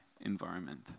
environment